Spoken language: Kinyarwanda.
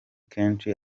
kenshi